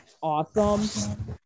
awesome